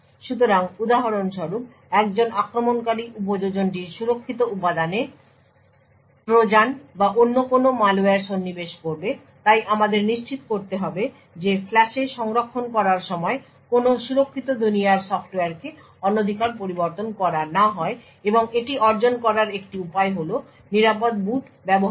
সুতরাং উদাহরণস্বরূপ একজন আক্রমণকারী উপযোজনটির সুরক্ষিত উপাদানে ট্রোজান বা অন্য কোনও ম্যালওয়্যার সন্নিবেশ করবে তাই আমাদের নিশ্চিত করতে হবে যে ফ্ল্যাশে সংরক্ষণ করার সময় কোনও সুরক্ষিত দুনিয়ার সফ্টওয়্যারকে অনধিকার পরিবর্তন করা না হয় এবং এটি অর্জন করার একটি উপায় হল নিরাপদ বুট ব্যবহার করা